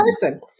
person